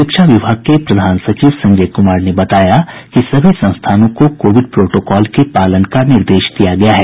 शिक्षा विभाग के प्रधान सचिव संजय कुमार ने बताया कि सभी संस्थानों को कोविड प्रोटोकॉल के पालन का निर्देश दिया गया है